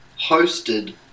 hosted